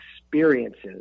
experiences